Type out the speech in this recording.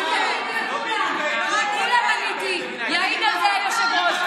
יעיד על זה היושב-ראש.